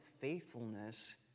faithfulness